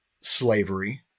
slavery